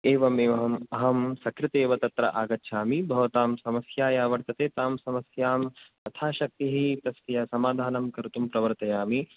एवम् एवम् अहं सकृतेव तत्र आगच्छामि भवतां समस्या या वर्तते तां समस्यां यथाशक्तिः तस्य समाधानं कर्तुं प्रवर्तयामि